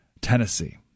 Tennessee